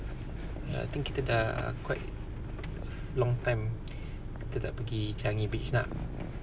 I think kita dah quite long time kita tak pergi changi beach lah